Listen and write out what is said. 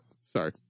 Sorry